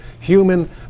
human